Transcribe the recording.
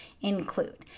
include